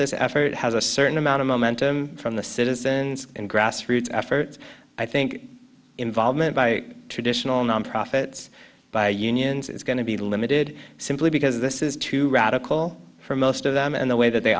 this effort has a certain amount of momentum from the citizens and grassroots efforts i think involvement by traditional non profits by unions is going to be limited simply because this is too radical for most of them and the way that they